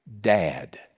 dad